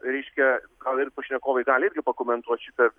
reiškia gal ir pašnekovai gali irgi pakomentuot šitą